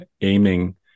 aiming